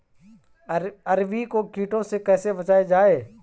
अरबी को कीटों से कैसे बचाया जाए?